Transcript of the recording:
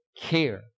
care